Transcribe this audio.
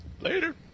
Later